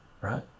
right